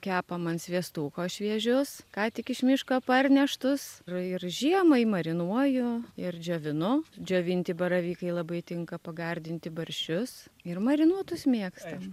kepam ant sviestuko šviežius ką tik iš miško parneštus ir ir žiemai marinuoju ir džiovinu džiovinti baravykai labai tinka pagardinti barščius ir marinuotus mėgstam